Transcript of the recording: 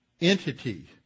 entity